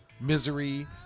misery